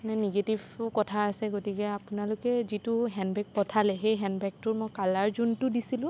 মানে নিগেটিভ কথা আছে গতিকে আপোনালোকে যিটো হেণ্ডবেগ পঠালে সেই হেণ্ডবেগটোৰ মই কালাৰ যোনটো দিছিলোঁ